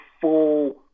full